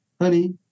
honey